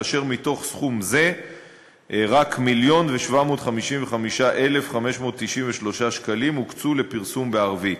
כאשר מתוך סכום זה רק 1,755,593 שקלים הוקצו לפרסום בערבית,